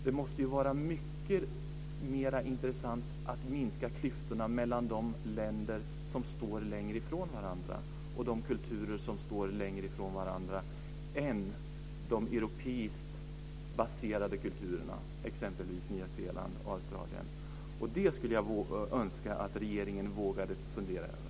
Det måste vara mycket mera intressant att minska klyftorna mellan de länder och kulturer som står längre ifrån varandra än mellan de europeiskt baserade kulturerna, exempelvis Nya Zeeland och Australien. Det skulle jag önska att regeringen vågade fundera över.